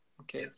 Okay